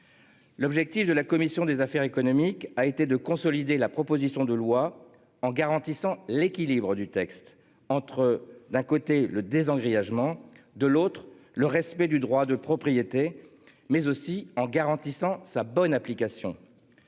L'objectif de la commission des affaires économiques a été de consolider la proposition de loi en garantissant l'équilibre du texte entre d'un côté le désengagement de l'autre le respect du droit de propriété mais aussi en garantissant sa bonne application.